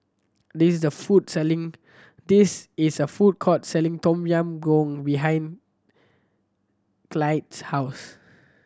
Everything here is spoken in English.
this the food selling this is a food court selling Tom Yam Goong behind Clide's house